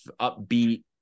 upbeat